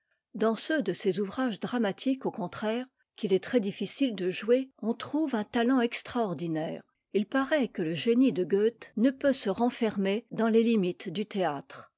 dans ceux de ses ouvrages dramatiques au contraire qu'il est très-difficile de jouer on trouve un talent extraordinaire h paraît que le génie de goethe ne peut se renfermer dans les limites du théâtre